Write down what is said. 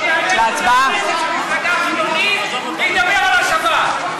שיעלה חבר כנסת ממפלגה חילונית וידבר על השבת.